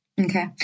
Okay